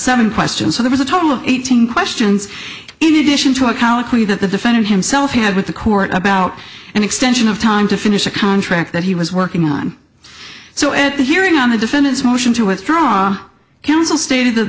seven question so there was a total of eighteen questions in addition to a county query that the defendant himself had with the court about an extension of time to finish a contract that he was working on so at the hearing on the defendant's motion to withdraw counsel stated the